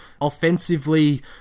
offensively